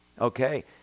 okay